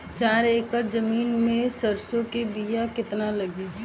चार एकड़ जमीन में सरसों के बीया कितना लागी?